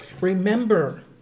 Remember